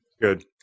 Good